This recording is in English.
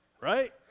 right